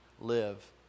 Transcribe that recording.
live